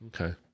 Okay